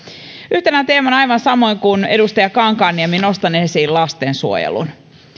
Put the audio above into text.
yhtenä teemana aivan samoin kuin edustaja kankaanniemi nostan esiin lastensuojelun